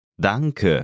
Danke